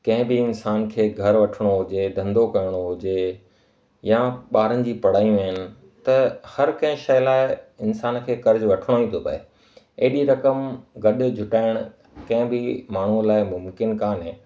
कंहिं बि इंसान खे घर वठिणो हुजे धंधो करिणो हुजे यां ॿारनि जूं पढ़ायूं आहिनि त हर कंहिं शइ लाइ इंसान खे कर्ज़ु वठिणो ई थो पए एॾी रक़म गॾु जुटाइणु कंहिं बि माण्हूअ लाइ मुमक़िन कोन्हे